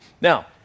Now